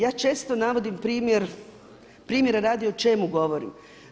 Ja često navodim primjer, primjera radi o čemu govorim.